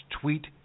tweet